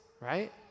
right